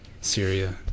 Syria